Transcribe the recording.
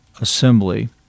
assembly